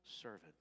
servant